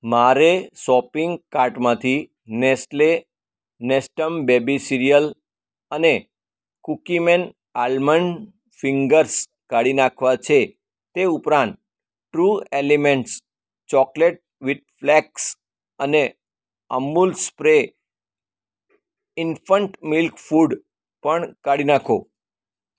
મારે શોપિંગ કાર્ટમાંથી Nestle Nestum baby cereal અને કૂકીમેન આલ્મંડ ફિંગર્સ કાઢી નાખવા છે તે ઉપરાંત True Elements chocolate with flakes અને Amul spray infant milk food પણ કાઢી નાખો